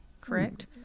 correct